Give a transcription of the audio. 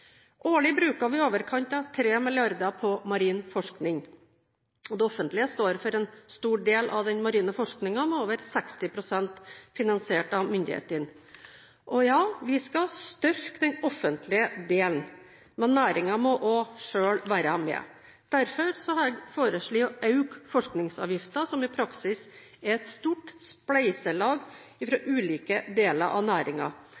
Årlig bruker vi i overkant av 3 mrd. kr på marin forskning. Det offentlige står for en stor del av den marine forskningen, med over 60 pst. finansiert av myndighetene. Vi skal styrke den offentlige delen, men næringen må også selv være med. Derfor har jeg foreslått å øke forskningsavgiften, som i praksis er et stort spleiselag fra ulike deler av